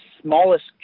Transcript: Smallest